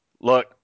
Look